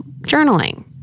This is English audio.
journaling